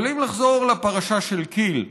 אבל אם לחזור לפרשה של כי"ל,